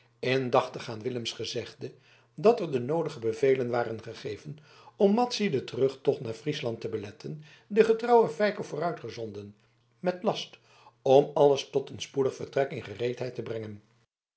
indachtig aan willems gezegde dat er de noodige bevelen waren gegeven om madzy den terugtocht naar friesland te beletten den getrouwen feiko vooruitgezonden met last om alles tot een spoedig vertrek in gereedheid te brengen